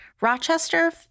Rochester